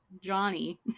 Johnny